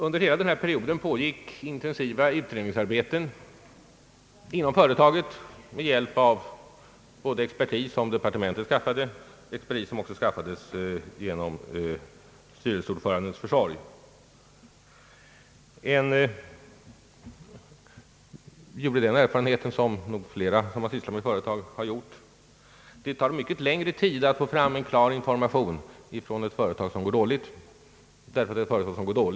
Under hela den här perioden pågick intensiva utredningsarbeten inom företaget, med hjälp av expertis som skaffades dels genom departementet, dels genom styrelseordförandens försorg. Vi gjorde en erfarenhet som nog flera som har sysslat med företag har gjort, nämligen att det tar mycket längre tid att få fram information från ett företag som går dåligt än från ett företag som går bra.